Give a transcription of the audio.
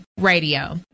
Radio